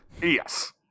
Yes